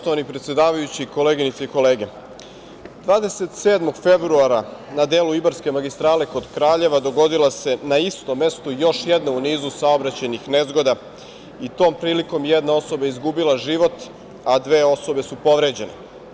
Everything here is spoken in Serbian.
Poštovani predsedavajući, koleginice i kolege, 27. februara na delu Ibarske magistrale kod Kraljeva dogodila se na istom mestu još jedna u nizu saobraćajnih nezgoda i tom prilikom jedna osoba je izgubila život, a dve osobe su povređene.